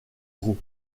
gros